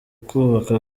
kubaka